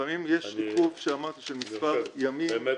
לפעמים יש עיכוב שאמרתי של מספר ימים --- באמת